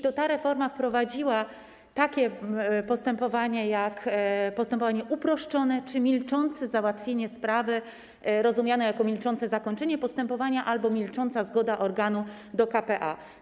To ta reforma wprowadziła takie postępowanie jak postępowanie uproszczone czy milczące załatwienie sprawy, rozumiane jako milczące zakończenie postępowania albo milcząca zgoda organu, do k.p.a.